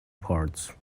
parts